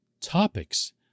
topics